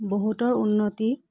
বহুতৰ উন্নতি